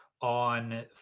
on